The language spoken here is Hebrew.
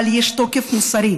אבל יש תוקף מוסרי,